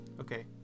Okay